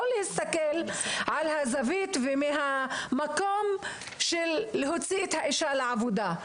להסתכל על הזווית מהמקום של להוציא את האישה לעבודה.